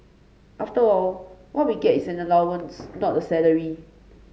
after all what we get is an allowance not a salary